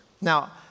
Now